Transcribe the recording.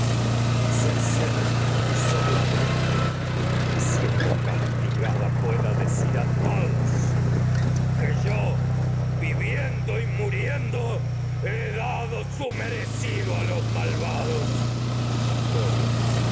que se acerque solamente todos a para yo siendo y castigada pueda dado decir que viviendo muriendo he su merecido los malvados